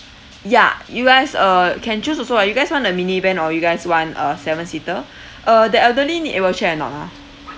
ya you guys uh can choose also ah you guys want a minivan or you guys want a seven seater uh the elderly need a wheelchair or not ah